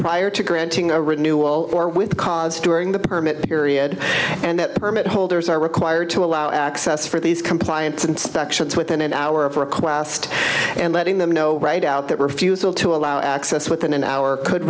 prior to granting a renewal or with cars during the permit period and that permit holders are required to allow access for these compliance inspections within an hour of request and letting them know right out that refusal to allow access within an hour could